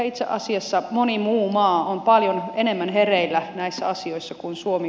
itse asiassa moni muu maa on paljon enemmän hereillä näissä asioissa kuin suomi